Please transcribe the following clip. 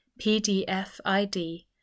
pdfid